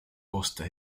costa